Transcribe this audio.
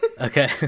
okay